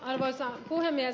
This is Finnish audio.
arvoisa puhemies